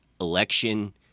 election